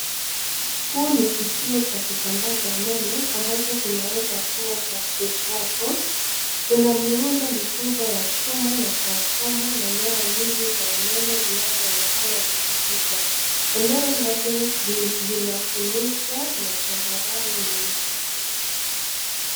Huu ni kituo cha kusambaza umeme ambacho kinaweza kuwa cha KETRACO. Kuna miundo mikubwa ya chuma na transformer na nyaya nyingi za umeme zinazoonekana zikipita. Eneo lote linafunikwa na changarawe nyeusi.